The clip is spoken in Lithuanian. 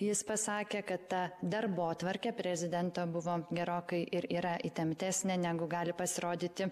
jis pasakė kad ta darbotvarkė prezidento buvo gerokai ir yra įtemptesnė negu gali pasirodyti